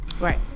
right